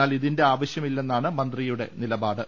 എന്നാൽ ഇതിന്റെ ആവശൃമില്ലെന്നാണ് മന്ത്രിയുടെ നിലപാട്